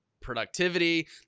productivity